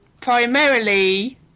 Primarily